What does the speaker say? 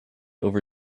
over